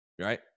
right